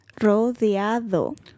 Rodeado